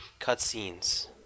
cutscenes